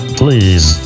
please